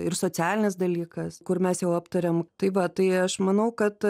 ir socialinis dalykas kur mes jau aptarėm tai va tai aš manau kad